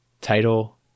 title